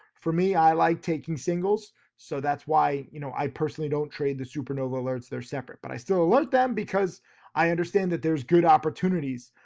for me, i like taking singles. so that's why, you know, i personally don't trade the supernova alerts, they're separate, but i still love them because i understand that there's good opportunities,